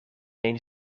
een